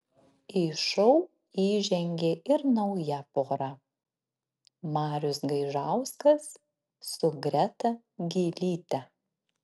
į šou įžengė ir nauja pora marius gaižauskas su greta gylyte